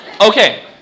Okay